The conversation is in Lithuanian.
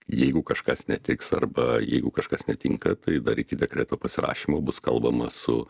jeigu kažkas netiks arba jeigu kažkas netinka tai dar iki dekreto pasirašymo bus kalbama su